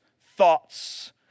thoughts